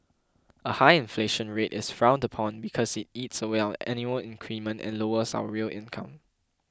a high inflation rate is frowned upon because it eats away our annual increment and lowers our real income